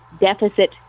deficit